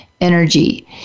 energy